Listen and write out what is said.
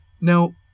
Now